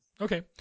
Okay